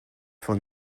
von